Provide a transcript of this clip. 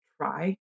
try